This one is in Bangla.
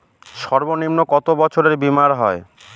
সর্বনিম্ন কত বছরের বীমার হয়?